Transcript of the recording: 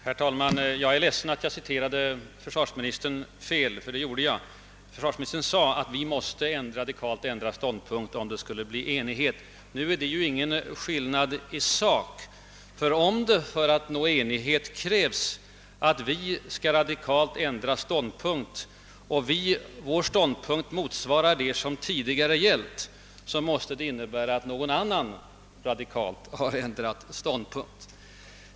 Herr talman! Jag är ledsen att jag citerade försvarsministern fel, ty det gjorde jag. Försvarsministern sade faktiskt att vi måste radikalt ändra ståndpunkt, om det skall bli enighet. Nu är det ju ingen skillnad i sak, ty om det nu för att nå enighet krävs, att vi skall radikalt ändra ståndpunkt och vår ståndpunkt motsvarar det som tidigare gällt, måste detta innebära att det är någon annan som radikalt har ändrat ståndpunkt.